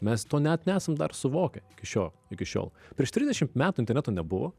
mes to net nesam dar suvokę šio iki šiol prieš trisdešim metų interneto nebuvo